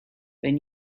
when